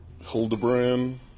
Hildebrand